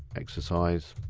exercise.